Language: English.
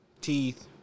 teeth